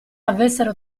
avessero